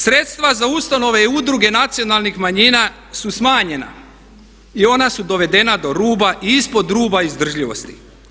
Sredstva za ustanove i udruge nacionalnih manjina su smanjena i ona su dovedena do ruba i ispod ruba izdržljivosti.